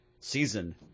season